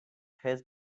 has